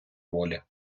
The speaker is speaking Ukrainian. волі